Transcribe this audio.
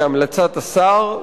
בהמלצת השר,